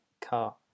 car